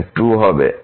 2 হবে